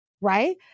Right